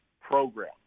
program